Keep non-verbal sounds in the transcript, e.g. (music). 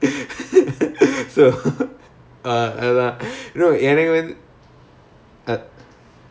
(laughs) I'm the opposite so இப்ப:ippa right now I'm teaching